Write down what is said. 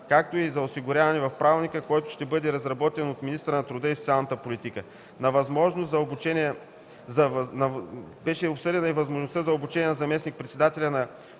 както и за осигуряване в правилника, който ще бъде разработен от министъра на труда и социалната политика. Беше обсъдена и възможността за обучение на заместник-председателя на